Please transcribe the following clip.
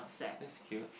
that's cute